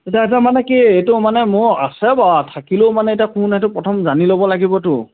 এতিয়া এইটো মানে কি এইটো মানে মোৰ আছে বাৰু থাকিলেও মানে এতিয়া কোন এইটো প্ৰথম জানি ল'ব লাগিবতো